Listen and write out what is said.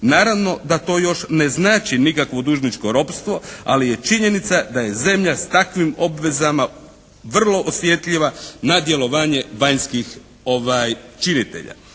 Naravno da to još ne znači nikakvu dužničko ropstvo, ali je činjenica da je zemlja sa takvim obvezama vrlo osjetljiva na djelovanje vanjskih činitelja.",